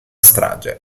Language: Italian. strage